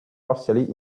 partially